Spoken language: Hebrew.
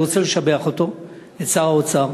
אני רוצה לשבח אותו, את שר האוצר,